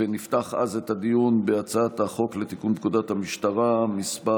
ונפתח אז את הדיון בהצעת החוק לתיקון פקודת המשטרה (מס'